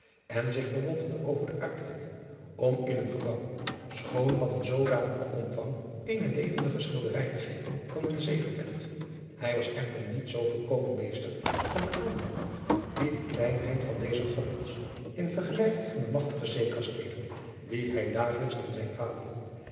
en zich verwonderde over de uitvinding om in een gebouw schoon van een zoodanigen omvang eene levendige schilderij te geven van een zeegevecht hij was echter niet zoo volkomen meester van de aandoeningen die de kleinheid van deze gondels in vergelijking van de magtige zeekasteelen die hij dagelijks in zijn vaderland